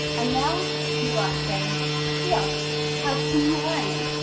and now you are safe. here have some wine.